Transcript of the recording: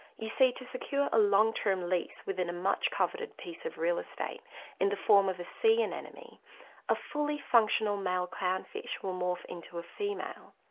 you see, to secure a long term lease within a much coveted piece of real estate in the form of a sea anemone, a fully functional male clownfish will morph into a female.